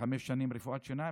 וחמש שנים רפואת שיניים,